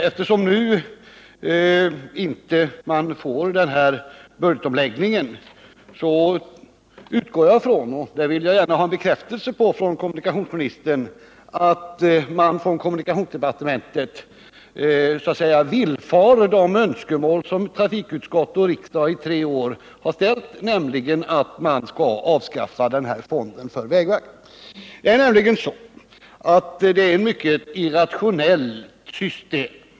Eftersom budgetomläggningen inte nu kommer till stånd utgår jag från — och detta vill jag gärna ha bekräftat av kommunikationsministern — att kommunikationsdepartementet villfar de önskemål som trafikutskottet och riksdagen i tre år har uttalat, nämligen att den här särskilda fonden för vägverket avskaffas. Det är nämligen ett mycket irrationellt system.